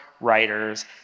writers